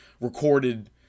recorded